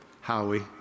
Howie